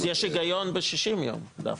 אז יש היגיון ב-60 יום דווקא.